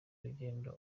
urugendo